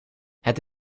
het